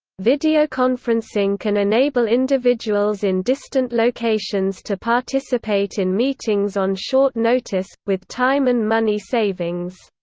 videoconferencing can enable individuals in distant locations to participate in meetings on short notice, with time and money savings.